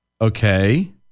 okay